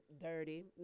dirty